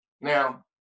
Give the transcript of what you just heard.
Now